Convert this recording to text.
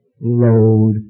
load